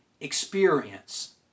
experience